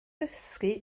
dysgu